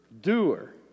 doer